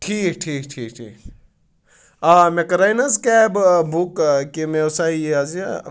ٹھیٖک ٹھیٖک ٹھیٖک ٹھیٖک آ مےٚ کَرے نہ حظ کیب بُک کہ مےٚ اوسَا یہِ حظ یہِ